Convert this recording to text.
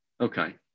okay